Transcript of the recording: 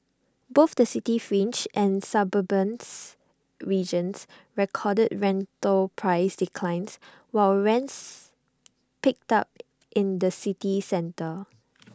both the city fringe and suburbans regions recorded rental price declines while rents picked up in the city centre